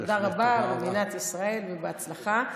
תודה רבה ממדינת ישראל ובהצלחה.